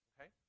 Okay